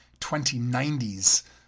2090s